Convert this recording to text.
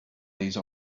these